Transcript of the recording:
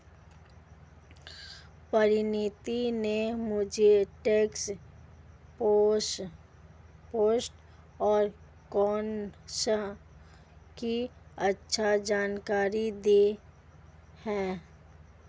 परिनीति ने मुझे tax pros और कोन्स की अच्छी जानकारी दी है